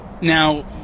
Now